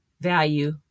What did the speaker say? value